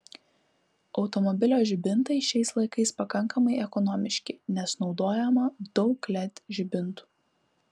automobilio žibintai šiais laikais pakankamai ekonomiški nes naudojama daug led žibintų